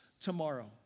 tomorrow